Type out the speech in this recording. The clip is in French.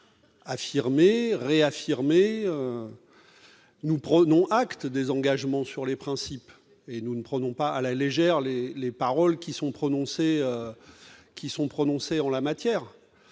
et la réalité. Nous prenons acte des engagements sur les principes et nous ne prenons pas à la légère les paroles prononcées en la matière.